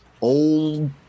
old